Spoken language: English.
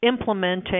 implementing